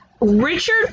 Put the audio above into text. Richard